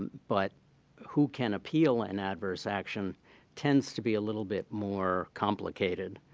but who can appeal an adverse action tends to be a little bit more complicated,